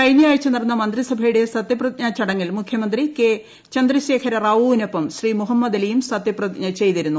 കഴിഞ്ഞയാഴ്ച നടന്ന മന്ത്രിസഭയുടെ സത്യപ്രതിജ്ഞാ ചടങ്ങിൽ മുഖ്യമന്ത്രി കെ ചന്ദ്രശേഖര റാവുവിനൊപ്പം ശ്രീ മുഹമ്മദ് അലിയും സത്യപ്രതിജ്ഞ ചെയ്തിരുന്നു